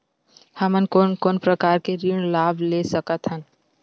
हमन कोन कोन प्रकार के ऋण लाभ ले सकत हन?